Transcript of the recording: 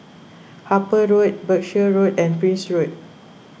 Harper Road Berkshire Road and Prince Road